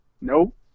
Nope